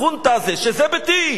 החונטה של "זה ביתי,